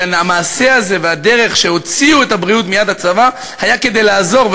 כי המעשה הזה והדרך שהוציאו את הבריאות מידי הצבא היו כדי לעזור,